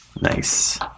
Nice